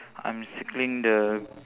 I'm circling the